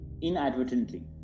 inadvertently